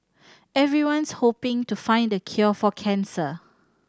everyone's hoping to find the cure for cancer